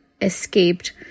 escaped